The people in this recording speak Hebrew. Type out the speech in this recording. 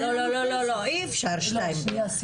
לא, לא אי אפשר שתיים.